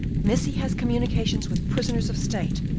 missy has communications with prisoners of state.